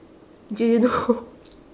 do you know